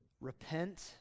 Repent